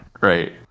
Right